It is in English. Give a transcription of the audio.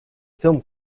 film